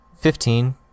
Fifteen